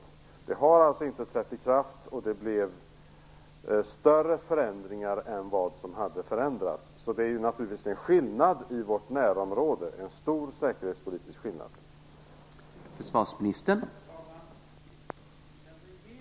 Avtalet har alltså ännu inte trätt i kraft, och det blev större förändringar än vad som hade förändrats så att säga. Det är alltså fråga om en stor säkerhetspolitisk skillnad i vårt närområde.